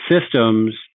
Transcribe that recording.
systems